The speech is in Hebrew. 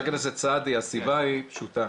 חבר הכנסת סעדי, הסיבה היא פשוטה.